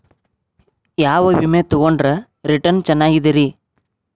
ಯಾವ ವಿಮೆ ತೊಗೊಂಡ್ರ ರಿಟರ್ನ್ ಚೆನ್ನಾಗಿದೆರಿ?